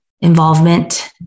involvement